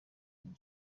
king